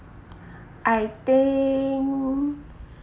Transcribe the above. I think